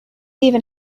even